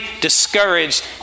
discouraged